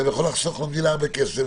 זה יכול לחסוך למדינה הרבה כסף,